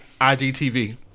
IGTV